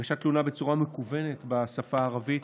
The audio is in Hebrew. הגשת תלונה בצורה מקוונת בשפה הערבית,